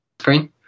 screen